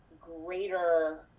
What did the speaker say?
greater